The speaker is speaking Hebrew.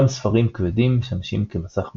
גם ספרים כבדים משמשים כמסך מאולתר.